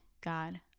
god